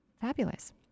Fabulous